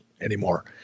anymore